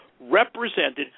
represented